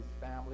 family